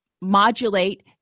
modulate